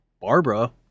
Barbara